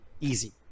Easy